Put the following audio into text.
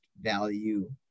value